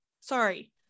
sorry